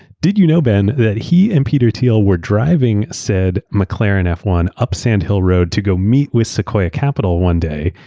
did you know, ben, that he and peter thiel were driving said mclaren f one up so and the road to go meet with sequoia capital one day.